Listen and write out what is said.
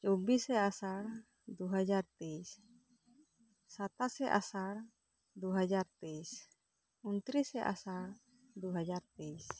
ᱪᱚᱵᱵᱤᱥᱮ ᱟᱥᱟᱲ ᱫᱩ ᱦᱟᱡᱟᱨ ᱛᱮᱭᱤᱥ ᱥᱟᱛᱟᱥᱮ ᱟᱥᱟᱲ ᱫᱩ ᱦᱟᱡᱟᱨ ᱛᱮᱭᱤᱥ ᱩᱱᱛᱨᱤᱥᱮ ᱟᱥᱟᱲ ᱫᱩ ᱦᱟᱡᱟᱨ ᱛᱮᱭᱤᱥ